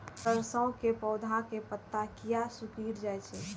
सरसों के पौधा के पत्ता किया सिकुड़ जाय छे?